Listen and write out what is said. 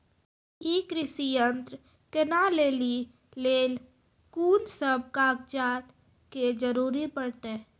ई कृषि यंत्र किनै लेली लेल कून सब कागजात के जरूरी परतै?